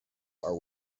are